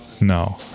No